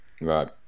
right